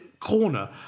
corner